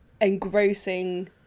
engrossing